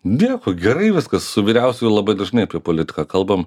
dėkui gerai viskas su vyriausiuoju labai dažnai apie politiką kalbam